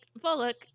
Bullock